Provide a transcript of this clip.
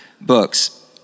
books